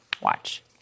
Watch